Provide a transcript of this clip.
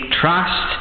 trust